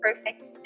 Perfect